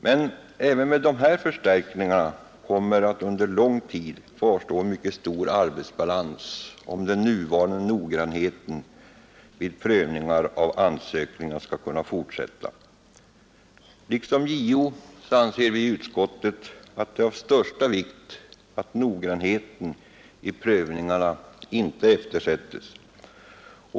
Men även med dessa förstärkningar kommer under lång tid att kvarstå en mycket stor arbetsbalans, om den nuvarande noggrannheten vid prövning av ansökningarna skall kunna fortsätta. Liksom JO anser utskottet att det är av största vikt att noggrannheten i prövningarna inte eftersättes.